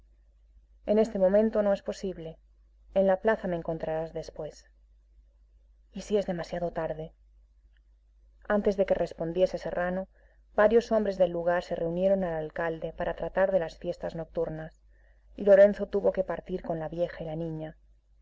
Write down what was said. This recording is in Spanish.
en este momento ne es posible en la plaza me encontrarás después y si es demasiado tarde antes de que respondiese serrano varios hombres del lugar se reunieron al alcalde para tratar de las fiestas nocturnas y lorenzo tuvo que partir con la vieja y la niña